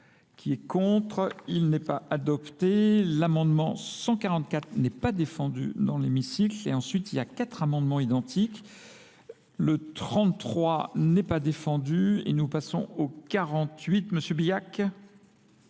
qui est contre. Il n'est pas adopté. L'amendement 144 n'est pas défendu dans l'hémicycle. Et ensuite, il y a quatre amendements identiques. Le 33 n'est pas défendu. Et nous passons au 48, M. Biac.